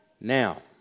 Now